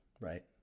right